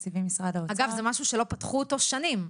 זה משהו שלא פתחו אותו שנים,